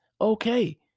okay